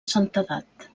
santedat